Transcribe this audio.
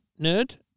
nerd